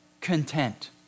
content